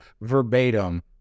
verbatim